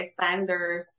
expanders